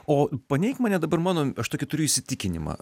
o paneik mane dabar mano aš tokį turiu įsitikinimą